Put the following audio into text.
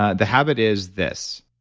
ah the habit is this.